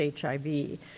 HIV